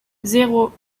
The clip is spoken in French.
zéro